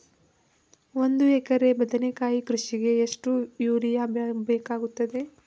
ಒಂದು ಎಕರೆ ಬದನೆಕಾಯಿ ಕೃಷಿಗೆ ಎಷ್ಟು ಯೂರಿಯಾ ಬೇಕಾಗುತ್ತದೆ?